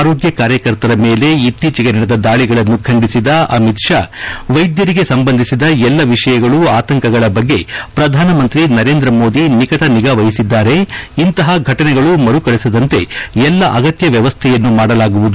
ಆರೋಗ್ಯ ಕಾರ್ಯಕರ್ತರ ಮೇಲೆ ಇತ್ತೀಚೆಗೆ ನಡೆದ ದಾಳಿಗಳನ್ನು ಖಂಡಿಸಿದ ಅಮಿತ್ ತಾ ವೈದ್ಯರಿಗೆ ಸಂಬಂಧಿಸಿದ ಎಲ್ಲ ವಿಷಯಗಳು ಆತಂಕಗಳ ಬಗ್ಗೆ ಪ್ರಧಾನಮಂತ್ರಿ ನರೇಂದ್ರ ಮೋದಿ ನಿಕಟ ನಿಗಾವಹಿಸಿದ್ದಾರೆ ಇಂತಹ ಘಟನೆಗಳು ಮರುಕಳಿಸದಂತೆ ಎಲ್ಲಾ ಅಗತ್ಯ ವ್ಯವಸ್ಥೆಯನ್ನು ಮಾಡಲಾಗುವುದು